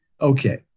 Okay